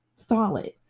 solid